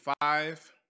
five